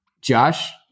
Josh